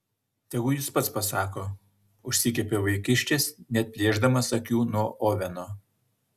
tegu jis pats pasako užsikepė vaikiščias neatplėšdamas akių nuo oveno